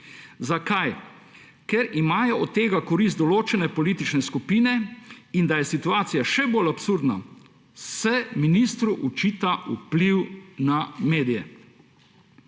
Zakaj? Ker imajo od tega korist določene politične skupine. In da je situacija še bolj absurdna, se ministru očita vpliv na medije.